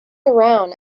around